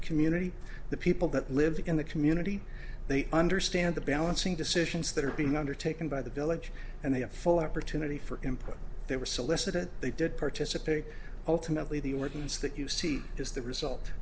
community the people that live in the community they understand the balancing decisions that are being undertaken by the village and they have full opportunity for input they were solicited they did participate ultimately the ordinance that you see is the result